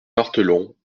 barthelon